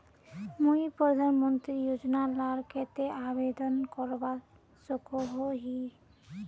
मुई प्रधानमंत्री योजना लार केते आवेदन करवा सकोहो ही?